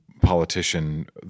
politician